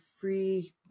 free